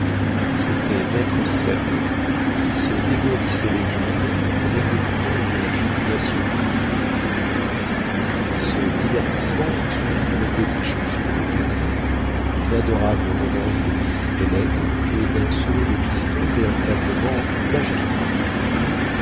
cétait maître sem qui se dégourdissait les jambes en exécutant une gigue nationale ce divertissement fut suivi dune petite chanson de doddy dune adorable romance de miss ellen et dun solo de piston véritablement magistral